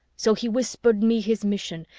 so he whispered me his mission,